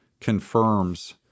confirms